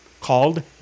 called